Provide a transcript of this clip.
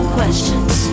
questions